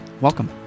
Welcome